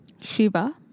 Shiva